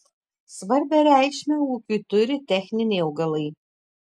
svarbią reikšmę ūkiui turi techniniai augalai